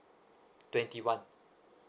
twenty one